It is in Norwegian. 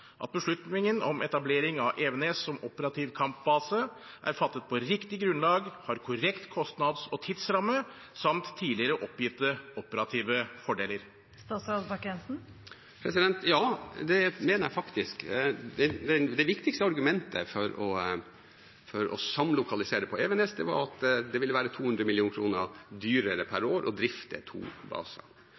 at beslutningen om etablering av Evenes som operativ kampbase er fattet på et riktig grunnlag, har korrekt kostnads- og tidsramme samt tidligere oppgitte operative fordeler? Ja, det mener jeg faktisk. Det viktigste argumentet for å samlokalisere på Evenes var at det ville være 200 mill. kr dyrere per år å drifte to baser.